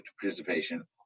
participation